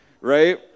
right